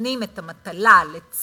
ונותנים את המטלה לצוות,